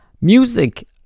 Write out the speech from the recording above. music